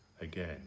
again